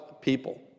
people